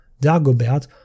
Dagobert